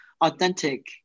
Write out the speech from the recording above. authentic